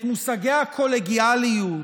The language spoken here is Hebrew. את מושגי הקולגיאליות,